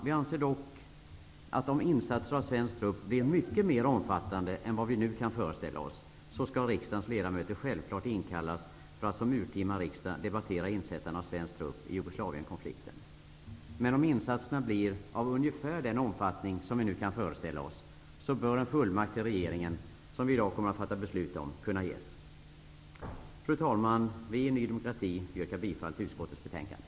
Vi anser dock att om insatserna av svensk trupp blir mycket mer omfattande än vad vi nu kan föreställa oss, skall riksdagens ledamöter självfallet inkallas till urtima riksdag för att debattera insättandet av svensk trupp i Jugoslavienkonflikten. Men om insatserna blir ungefär av den omfattning som vi nu kan föreställa oss, bör en fullmakt till regeringen -- som vi i dag kommer att fatta beslut om -- kunna ges. Fru talman! Vi i Ny demokrati yrkar bifall till utskottets hemställan.